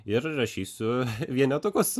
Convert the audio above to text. ir rašysiu vienetukus